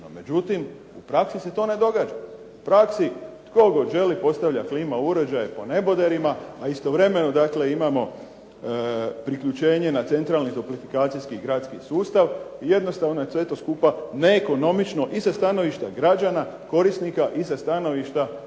međutim u praksi se to ne događa. U praksi tko god želi postavlja klima uređaje po neboderima, a istovremeno dakle imamo priključenje na centralni toplifikacijski gradski sustav i jednostavno je to eto skupa neekonomično i sa stanovišta građana korisnika i sa stanovišta